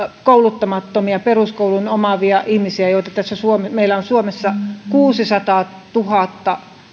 kouluttamattomia peruskoulun käyneitä ihmisiä joita meillä on suomessa kuusisataatuhatta